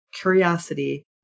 curiosity